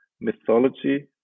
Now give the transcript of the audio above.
mythology